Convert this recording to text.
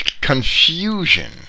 confusion